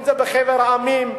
אם זה בחבר המדינות,